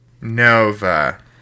Nova